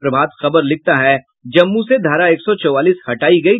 प्रभात खबर लिखता है जम्मू से धारा एक सौ चौवालीस हटायी गयी